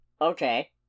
okay